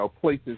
Places